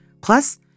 Plus